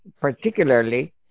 particularly